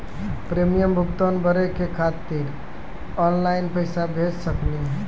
Premium भुगतान भरे के खातिर ऑनलाइन पैसा भेज सकनी?